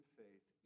faith